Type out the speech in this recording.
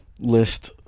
list